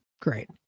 Great